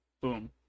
Boom